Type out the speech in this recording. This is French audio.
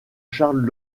charles